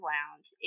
Lounge